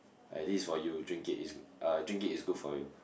like this is for you drink it's good uh drink it is good for you